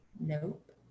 nope